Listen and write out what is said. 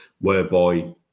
whereby